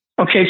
Okay